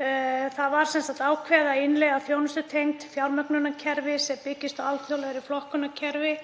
Það var sem sagt ákveðið að innleiða þjónustutengt fjármögnunarkerfi sem byggist á alþjóðlegu flokkunarkerfi